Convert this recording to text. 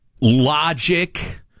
logic